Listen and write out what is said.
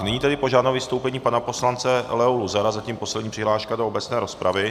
Nyní tedy požádám o vystoupení pana poslance Leo Luzara, zatím poslední přihláška do obecné rozpravy.